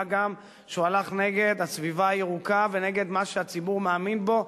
מה גם שהוא הלך נגד הסביבה הירוקה ונגד מה שהציבור מאמין בו,